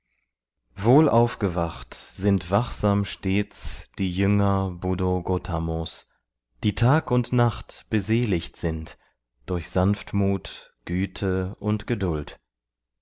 wohl aufgewacht sind wachsam stets die jünger buddho gotamos die tag und nacht beseligt sind durch sanftmut güte und geduld